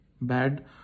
Bad